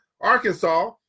Arkansas